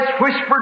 whispered